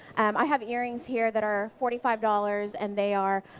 i have earrings here that are forty five dollars and they are